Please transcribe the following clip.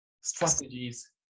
strategies